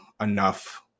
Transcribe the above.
enough